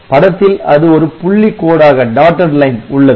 படத்தில் அது ஒரு புள்ளிக்கோடாக உள்ளது